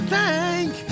thank